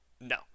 no